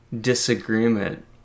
disagreement